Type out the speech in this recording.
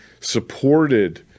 supported